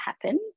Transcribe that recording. happen